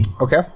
Okay